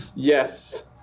Yes